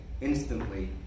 instantly